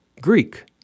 Greek